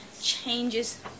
changes